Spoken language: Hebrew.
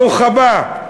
ברוך הבא.